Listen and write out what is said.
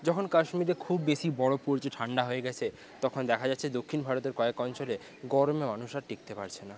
যখন কাশ্মীরে খুব বেশী বরফ পরছে ঠান্ডা হয়ে গেছে তখন দেখা যাচ্ছে দক্ষিণ ভারতের কয়েক অঞ্চলে গরমে মানুষ আর টিকতে পারছে না